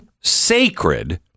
sacred